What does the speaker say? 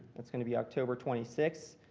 that's going to be october twenty sixth.